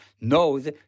knows